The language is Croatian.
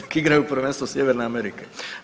Neka igraju prvenstvo Sjeverne Amerike.